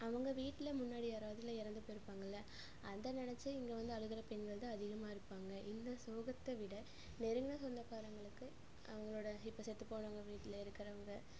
அவங்க வீட்டில் முன்னாடி யாராவது இறந்து போயிருப்பாங்கள்ல அதை நினச்சி இங்கே வந்து அழுகிற பெண்கள் தான் அதிகமாக இருப்பாங்க இந்த சோகத்தை விட நெருங்கின சொந்தக்காரங்களுக்கு அவங்களோட இப்போ செத்துப்போனவங்க வீட்டில் இருக்குறவங்க